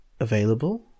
Available